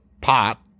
pot